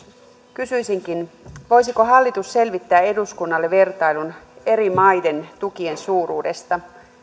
kysyisinkin voisiko hallitus selvittää eduskunnalle vertailun eri maiden tukien suuruudesta